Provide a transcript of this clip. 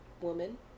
woman